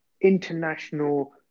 international